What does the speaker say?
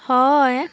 হয়